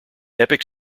epic